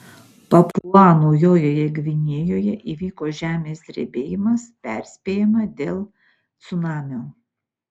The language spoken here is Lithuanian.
papua naujojoje gvinėjoje įvyko žemės drebėjimas perspėjama dėl cunamio